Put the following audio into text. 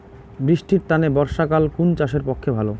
বৃষ্টির তানে বর্ষাকাল কুন চাষের পক্ষে ভালো?